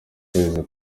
kwezi